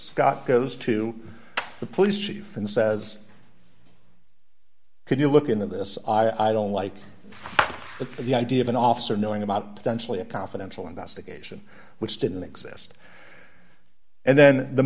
scott goes to the police chief and says can you look into this i don't like the idea of an officer knowing about densely a confidential investigation which didn't exist and then the